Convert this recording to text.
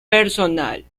personal